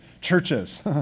churches